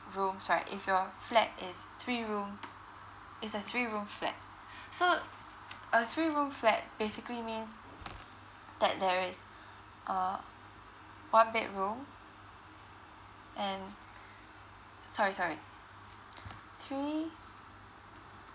rooms right if your flat is three room is a three room flat so a three room flat basically means that there is uh one bedroom and sorry sorry three